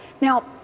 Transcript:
Now